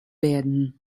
werden